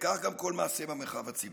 וכך גם כל מעשה במרחב הציבורי.